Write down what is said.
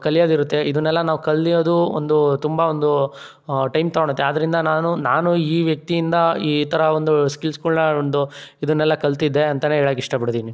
ಕಲಿಯೋದು ಇರುತ್ತೆ ಇದನ್ನೆಲ್ಲ ನಾವು ಕಲಿಯೋದು ಒಂದು ತುಂಬ ಒಂದು ಟೈಮ್ ತಗೊಳ್ಳುತ್ತೆ ಆದ್ದರಿಂದ ನಾನು ನಾನು ಈ ವ್ಯಕ್ತಿಯಿಂದ ಈ ಥರ ಒಂದು ಸ್ಕಿಲ್ಸ್ಗಳ್ನ ಒಂದು ಇದನ್ನೆಲ್ಲ ಕಲಿತಿದ್ದೆ ಅಂತಲೇ ಹೇಳೋಕೆ ಇಷ್ಟಪಡ್ತೀನಿ